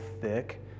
thick